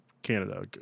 Canada